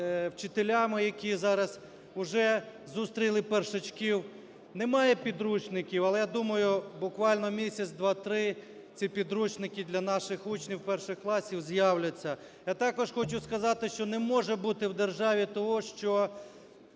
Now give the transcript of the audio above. вчителями, які зараз уже зустріли першачків. Немає підручників, але я думаю, буквально місяць-два-три ці підручники для наших учнів перших класів з'являться. Я також хочу сказати, що не може бути в державі того, що,